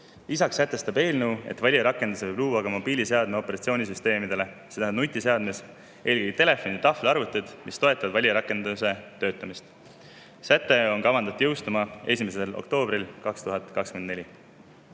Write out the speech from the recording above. Lisaks sätestab eelnõu, et valijarakenduse võib luua ka mobiilseadmete operatsioonisüsteemidele, see tähendab nutiseadmetele, eelkõige telefonidele ja tahvelarvutitele, mis toetavad valijarakenduse töötamist. Säte on kavandatud jõustuma 1. oktoobril 2024.